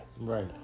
Right